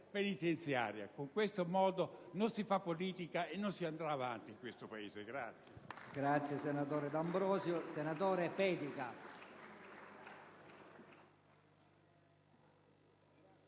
penitenziaria. In questo modo non si fa politica e non si andrà avanti in questo Paese.